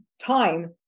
time